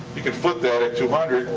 you can flip that at two hundred,